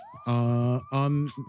On